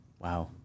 Wow